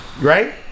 Right